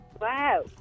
wow